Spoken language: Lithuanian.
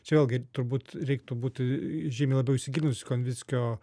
čia vėlgi turbūt reiktų būt ii žymiai labiau įsigilinus į konvickio